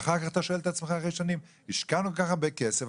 ואחרי שנים אתה שואל את עצמך "השקענו כל כך הרבה כסף,